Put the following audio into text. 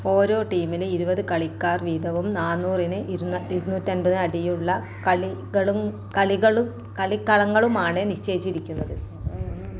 ഓരോ ടീമിലും ഇരുപത് കളിക്കാർ വീതവും നാന്നൂറിന് ഇരുന്നൂറ്റമ്പത് അടിയുള്ള കളിക്കളങ്ങളുമാണ് നിശ്ചയിച്ചിരുന്നത്